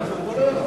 כן.